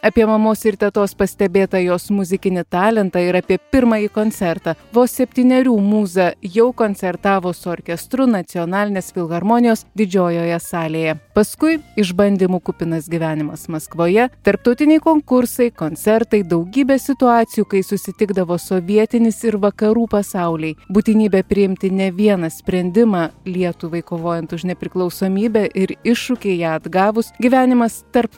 apie mamos ir tetos pastebėtą jos muzikinį talentą ir apie pirmąjį koncertą vos septynerių mūza jau koncertavo su orkestru nacionalinės filharmonijos didžiojoje salėje paskui išbandymų kupinas gyvenimas maskvoje tarptautiniai konkursai koncertai daugybė situacijų kai susitikdavo sovietinis ir vakarų pasauliai būtinybė priimti ne vieną sprendimą lietuvai kovojant už nepriklausomybę ir iššūkį ją atgavus gyvenimas tarp